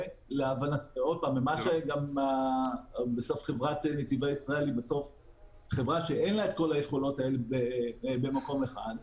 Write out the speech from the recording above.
בסוף חברת נתיבי ישראל היא חברה שאין לה את כל היכולות האלה במקום אחד,